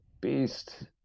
beast